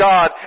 God